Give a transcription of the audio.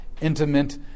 intimate